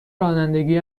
رانندگی